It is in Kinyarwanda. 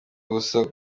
ubusa